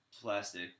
plastic